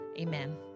amen